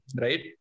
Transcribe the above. Right